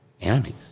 enemies